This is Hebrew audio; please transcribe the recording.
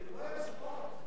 הוא לא אוהב ספות.